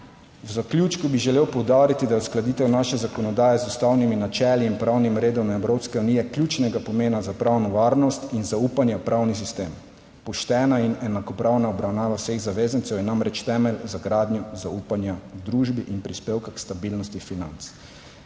V zaključku bi želel poudariti, da je uskladitev naše zakonodaje z ustavnimi načeli in pravnim redom Evropske unije ključnega pomena za pravno varnost in zaupanje v pravni sistem, poštena in enakopravna obravnava vseh zavezancev je namreč temelj za gradnjo zaupanja v družbi in prispevka k stabilnosti financ.